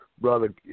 brother